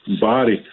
body